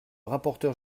rapporteur